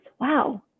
wow